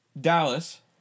Dallas